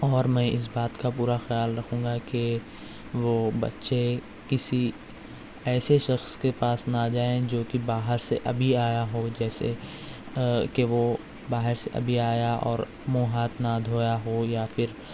اور میں اِس بات کا پورا خیال رکھوں گا کہ وہ بچے کسی ایسے شخص کے پاس نہ جائیں جو کہ باہر سے ابھی آیا ہو جیسے کہ وہ باہر سے ابھی آیا اور مُنہ ہاتھ نہ دھویا ہو یا پھر